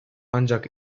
ancak